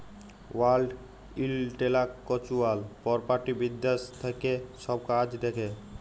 world intellectual property বিদ্যাশ থ্যাকে ছব কাজ দ্যাখে